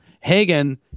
Hagen